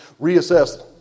reassess